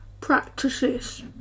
practices